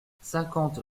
cinquante